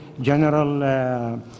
General